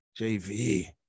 JV